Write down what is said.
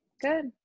good